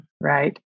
Right